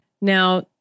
Now